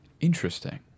interesting